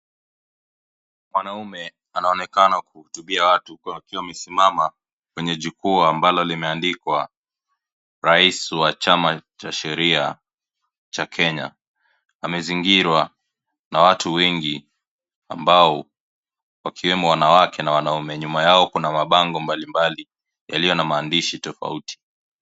Mwanaume anaonekana kuhutubia watu akiwa amesimama kwenye jukwaa ambalo limeandikwa rais wa chama cha sheria cha Kenya. Amezingirwa na watu wengi ambapo wakiwemo wanawake na wanaume, nyuma yao kuna mbango mbalimbali yaliyo na maandishi tofauti.